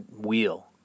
wheel